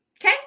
Okay